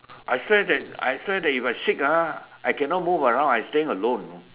I swear that I swear that if I sick ah I cannot move around I staying alone you know